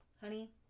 honey